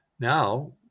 Now